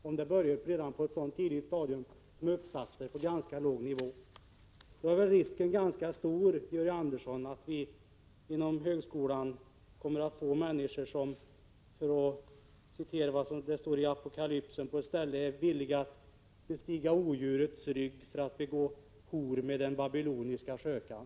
Om det börjar på ett så tidigt stadium som i uppsatser på ganska låg nivå, är väl risken ganska stor, Georg Andersson, att vi inom högskolan kommer att få människor som, för att tala med Apokalypsens ord, är villiga att bestiga odjurets rygg för att begå hor med den babyloniska skökan.